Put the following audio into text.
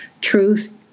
Truth